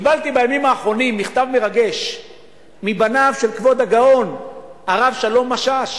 קיבלתי בימים האחרונים מכתב מרגש מבניו של כבוד הגאון הרב שלום משאש,